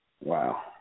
Wow